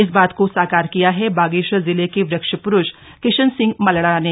इस बात को साकार किया है बागेश्वर जिले के वृक्ष प्रुष किशन सिंह मलड़ा ने